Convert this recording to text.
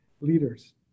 leaders